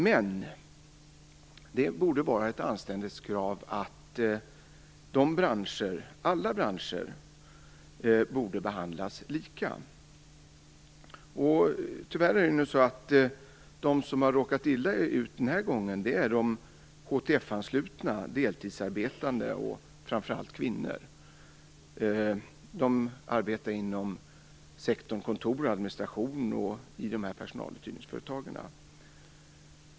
Men det borde vara ett anständighetskrav att alla branscher borde behandlas lika. Tyvärr är det de HTF-anslutna som har råkat illa ut den här gången, deltidsarbetande och framför allt kvinnor. De arbetar inom sektorn kontor och administration och inom dessa personaluthyrningsföretag.